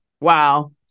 wow